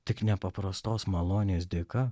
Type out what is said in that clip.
tik nepaprastos malonės dėka